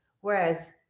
Whereas